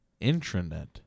Intranet